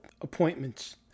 appointments